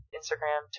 Instagram